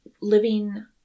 living